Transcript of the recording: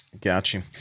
Gotcha